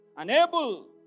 Unable